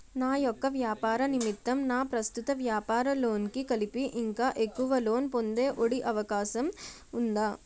నా యెక్క వ్యాపార నిమిత్తం నా ప్రస్తుత వ్యాపార లోన్ కి కలిపి ఇంకా ఎక్కువ లోన్ పొందే ఒ.డి అవకాశం ఉందా?